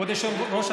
כבוד היושב-ראש,